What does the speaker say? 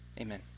amen